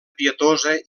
pietosa